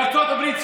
בארצות הברית,